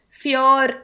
fear